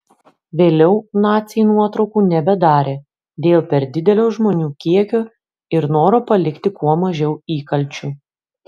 vėliau naciai nuotraukų nebedarė dėl per didelio žmonių kiekio ir noro palikti kuo mažiau įkalčių